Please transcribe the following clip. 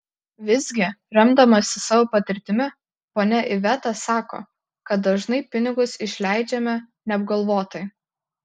visgi remdamasi savo patirtimi ponia iveta sako kad dažnai pinigus išleidžiame neapgalvotai